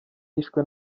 yishwe